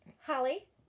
Holly